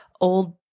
old